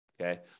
okay